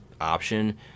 option